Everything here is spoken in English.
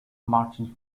martins